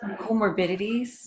comorbidities